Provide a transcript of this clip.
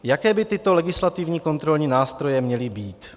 Jaké by tyto legislativní kontrolní nástroje měly být?